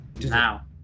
now